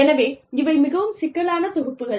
எனவே இவை மிகவும் சிக்கலான தொகுப்புகள்